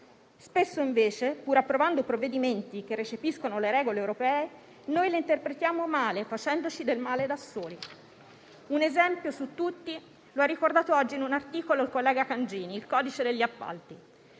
Spesso, invece, pur approvando provvedimenti che recepiscono le regole europee, noi le interpretiamo male, facendoci del male da soli. Un esempio su tutti lo ha ricordato oggi in un articolo il collega Cangini: il codice degli appalti.